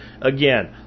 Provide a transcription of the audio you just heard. Again